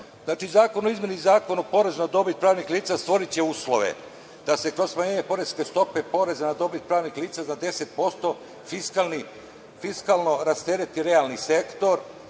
zakon o izmeni Zakona o porezu na dobit pravnih lica stvoriće uslove da se kroz smanjenje poreske stope poreza na dobit pravnih lica za 10% fiskalno rastereti realni sektor,